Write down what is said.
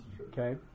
Okay